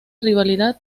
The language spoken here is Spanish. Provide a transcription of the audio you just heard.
rivalidad